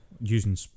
using